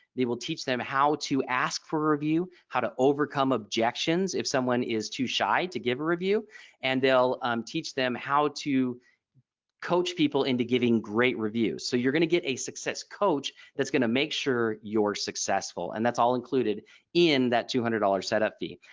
they will teach them how to ask for a review how to overcome objections if someone is too shy to give a review and they'll um teach them how to coach people into giving great reviews. so you're going to get a success coach that's going to make sure you're successful and that's all included in that two hundred dollars setup fee.